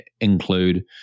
include